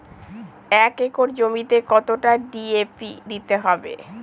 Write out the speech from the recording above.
এক একর জমিতে কতটা ডি.এ.পি দিতে হবে?